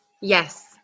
Yes